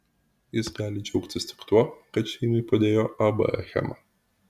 jis gali džiaugtis tik tuo kad šeimai padėjo ab achema